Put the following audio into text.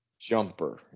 jumper